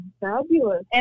fabulous